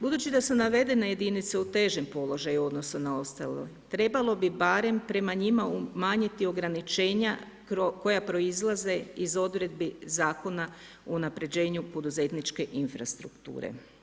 Budući da su navedene jedinice u težem položaju u odnosu na ostale, trebalo bi barem prema njima umanjiti ograničenja koja proizlaze iz odredbi Zakona o unapređenju poduzetničke infrastrukture.